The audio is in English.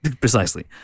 precisely